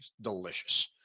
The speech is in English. delicious